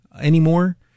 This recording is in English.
anymore